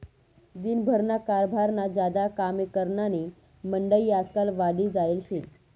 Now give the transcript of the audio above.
दिन भरना कारभारमा ज्यादा कामे करनारी मंडयी आजकाल वाढी जायेल शे